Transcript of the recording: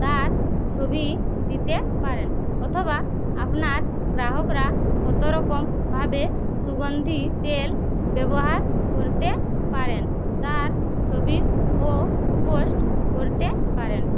তার ছবি দিতে পারেন অথবা আপনার গ্রাহকরা কতরকম ভাবে সুগন্ধি তেল ব্যবহার করতে পারেন তার ছবিও পোস্ট করতে পারেন